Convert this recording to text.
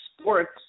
Sports